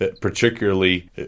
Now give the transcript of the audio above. particularly